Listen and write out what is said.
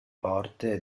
porte